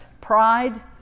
pride